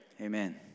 Amen